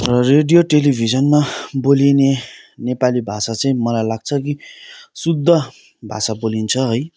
radio टेलिभिजनमा बोलिने नेपाली भाषा चाहिँ मलाई लाग्छ कि शुद्ध भाषा बोलिन्छ है